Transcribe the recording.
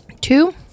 Two